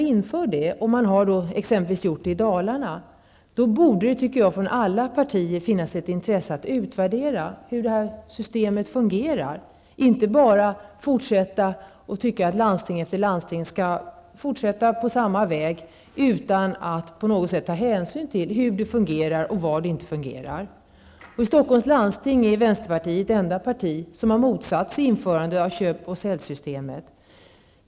Om detta system ändå införs, som i Dalarna, borde det i alla partier finnas ett intresse av att utvärdera hur systemet fungerar. Man skall inte bara låta landstinget fortsätta på samma väg utan att på något sätt ta hänsyn till hur och var det fungerar resp. inte fungerar. I Stockholms landsting är vänsterpartiet det enda parti som har motsatt sig ett införande av köp och säljsystemet.